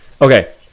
okay